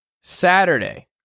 Saturday